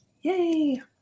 Yay